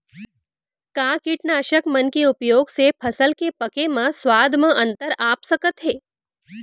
का कीटनाशक मन के उपयोग से फसल के पके म स्वाद म अंतर आप सकत हे?